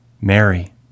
Mary